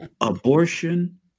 Abortion